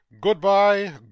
good-bye